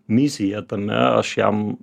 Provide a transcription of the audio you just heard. misiją tame aš jam